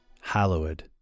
hallowed